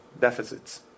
deficits